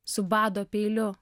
subado peiliu